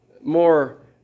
more